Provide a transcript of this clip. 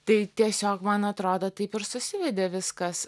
tai tiesiog man atrodo taip ir susivedė viskas